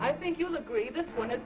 i think you'll agree this one is